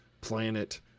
planet